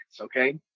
okay